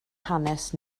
hanes